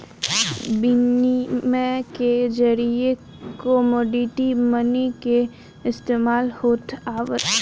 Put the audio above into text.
बिनिमय के जरिए कमोडिटी मनी के इस्तमाल होत आवता